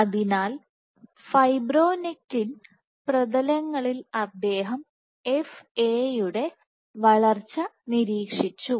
അതിനാൽ ഫൈബ്രോനെക്റ്റിൻ പ്രതലങ്ങളിൽ അദ്ദേഹം F A യുടെ വളർച്ച നിരീക്ഷിച്ചു